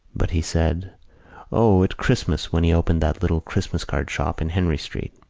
but he said o, at christmas, when he opened that little christmas-card shop in henry street.